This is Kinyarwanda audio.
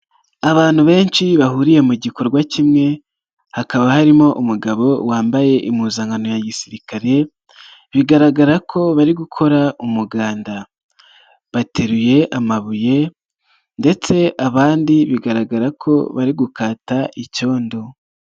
Abantu benshi bahuriye mu gikorwa kimwe hakaba harimo umugabo wambaye impuzankano ya gisirikare bigaragara ko bari gukora umuganda, bateruye amabuye ndetse abandi bigaragara ko bari gukata icyondo.